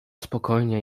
spokojnie